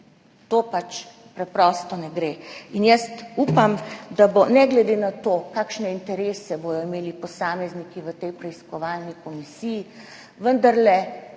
to pač preprosto ne gre. In jaz upam, da bo, ne glede na to, kakšne interese bodo imeli posamezniki v tej preiskovalni komisiji, vendarle